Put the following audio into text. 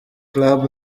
club